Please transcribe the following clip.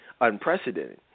unprecedented